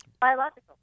biological